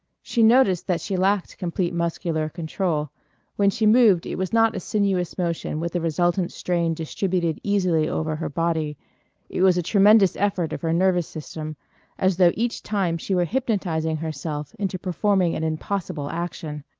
she noticed that she lacked complete muscular control when she moved it was not a sinuous motion with the resultant strain distributed easily over her body it was a tremendous effort of her nervous system as though each time she were hypnotizing herself into performing an impossible action.